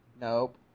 Nope